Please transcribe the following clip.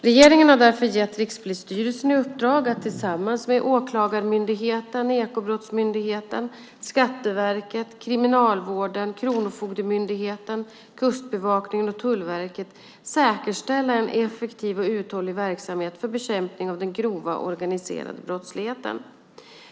Regeringen har därför gett Rikspolisstyrelsen i uppdrag att tillsammans med Åklagarmyndigheten, Ekobrottsmyndigheten, Skatteverket, Kriminalvården, Kronofogdemyndigheten, Kustbevakningen och Tullverket säkerställa en effektiv och uthållig verksamhet för bekämpning av den grova organiserade brottsligheten.